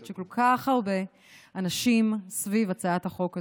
של כל כך הרבה אנשים סביב הצעת החוק הזו.